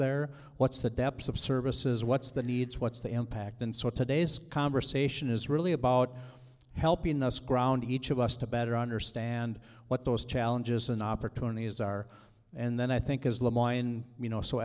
there what's the depths of services what's the needs what's the impact been so today's conversation is really about helping us ground each of us to better understand what those challenges and opportunities are and then i think as and you know so